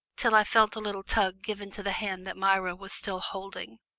till i felt a little tug given to the hand that myra was still holding,